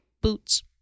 boots